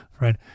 right